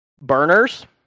burners